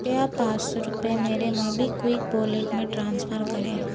कृपया पाँच सौ रुपये मेरे मोबीक्विक वॉलेट में ट्रांसफ़र करें